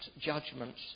judgments